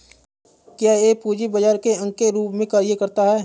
क्या यह पूंजी बाजार के अंग के रूप में कार्य करता है?